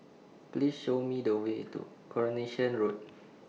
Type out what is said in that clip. Please Show Me The Way to Coronation Road